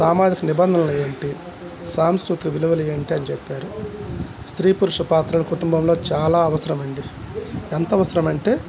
సామాజిక నిబంధనలు ఏంటి సాంస్కృతిక విలువలు ఏంటి అని చెప్పారు స్త్రీ పురుష పాత్రల కుటుంబంలో చాలా అవసరమండి ఎంత అవసరమంటే